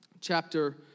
Chapter